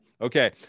okay